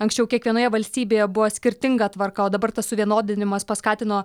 anksčiau kiekvienoje valstybėje buvo skirtinga tvarka o dabar tas suvienodinimas paskatino